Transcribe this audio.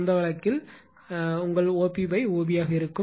அந்த வழக்கில் cos 𝜃2 உங்கள் OPOB ஆக இருக்கும்